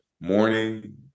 morning